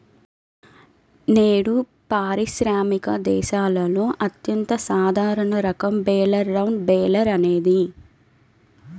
నేడు పారిశ్రామిక దేశాలలో అత్యంత సాధారణ రకం బేలర్ రౌండ్ బేలర్ అనేది